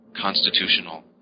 Constitutional